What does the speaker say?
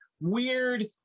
weird